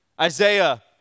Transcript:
Isaiah